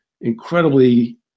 incredibly